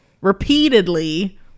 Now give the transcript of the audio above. repeatedly